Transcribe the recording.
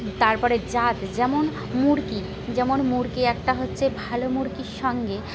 তারপরে জাত যেমন মুরগি যেমন মুরগি একটা হচ্ছে ভালো মুরগির সঙ্গে